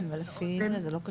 זה רק מראה שהתקנות לא רציניות.